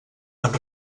amb